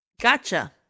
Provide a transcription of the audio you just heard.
gotcha